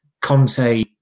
Conte